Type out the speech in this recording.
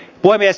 puhemies